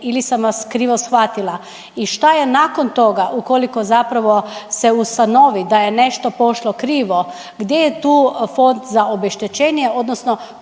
ili sam vas krivo shvatila i šta je nakon toga ukoliko zapravo se ustanovi da je nešto pošlo krivo, gdje je tu fond za obeštećenje odnosno